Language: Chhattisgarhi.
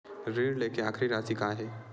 ऋण लेके आखिरी राशि का हे?